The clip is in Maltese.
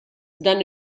dan